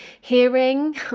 hearing